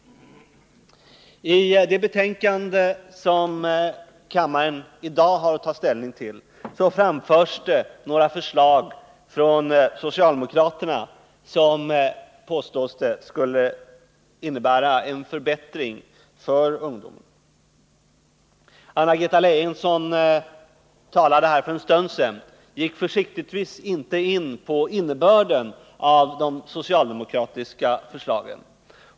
I det betänkande som kammaren i dag har att ta ställning till framförs några förslag från socialdemokraterna som, påstås det, skulle medföra en förbättring av sysselsättningssituationen för ungdomen. Anna-Greta Leijon, som talade här för en stund sedan, gick försiktigtvis inte in på innebörden av de socialdemokratiska förslagen.